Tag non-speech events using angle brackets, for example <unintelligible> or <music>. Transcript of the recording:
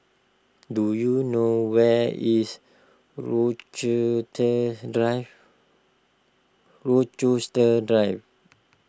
do you know where is <unintelligible> Drive Rochester Drive